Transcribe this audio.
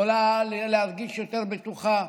יכולה להרגיש יותר בטוחה,